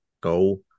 Go